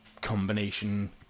combination